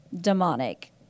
demonic